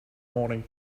morning